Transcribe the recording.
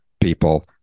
people